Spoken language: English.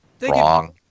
wrong